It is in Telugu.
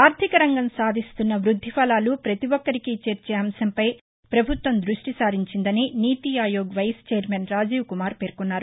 ఆర్థిక రంగం సాధిస్తున్న వృద్ది ఫలాలు పతి ఒక్కరికీ చేర్చే అంశంపై పభుత్వం దృష్టి సారించిందని నీతి ఆయోగ్ వైస్ ఛైర్మన్ రాజీవ్కుమార్ పేర్కొన్నారు